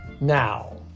now